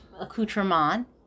accoutrement